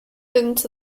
into